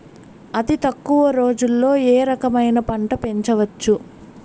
అతి తక్కువ రోజుల్లో ఏ రకమైన పంట పెంచవచ్చు?